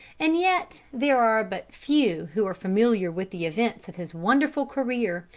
and yet there are but few who are familiar with the events of his wonderful career,